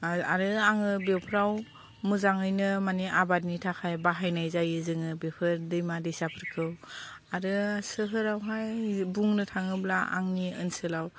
आ आरो आङो बेफोराव मोजाङैनो माने आबादनि थाखाय बाहायनाय जायो जोङो बेफोर दैमा दैसाफोरखौ आरो सोहोरावहाय बुंनो थाङोब्ला आंनि ओनसोलाव